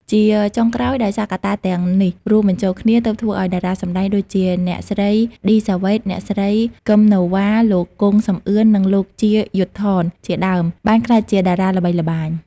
ជាចុងក្រោយដោយសារកត្តាទាំងនេះរួមបញ្ចូលគ្នា ទើបធ្វើឱ្យតារាសម្តែងដូចជា អ្នកស្រី ឌីសាវ៉េត អ្នកស្រី គឹម ណូវ៉ា លោក គង់ សំអឿន និង លោក ជា យុទ្ធថន ជាដើម បានក្លាយជាតារាល្បីល្បាញ។